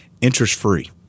interest-free